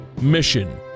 Mission